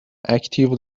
active